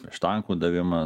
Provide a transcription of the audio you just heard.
prieš tankų davimą